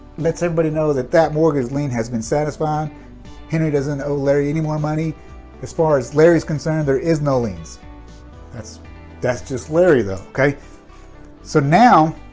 lets everybody know that that mortgage lien has been satisfied henry doesn't know larry anymore money as far as larry's concerned there is no liens that's that's just larry though okay so now